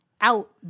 out